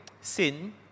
Sin